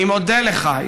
אני מודה לך,